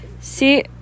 see